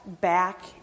back